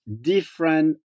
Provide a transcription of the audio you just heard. different